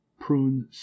prune